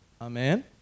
Amen